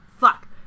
fuck